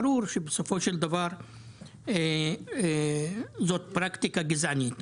ברור שבסופו של דבר זאת פרקטיקה גזענית.